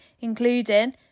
including